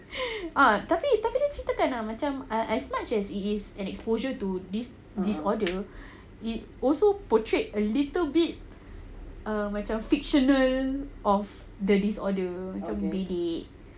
ah tapi tapi dia ceritakan as much as it is an exposure to this disorder it also portrays a little bit uh macam fictional of the disorder macam bilik